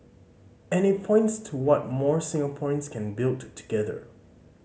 and it points to what more Singaporeans can build together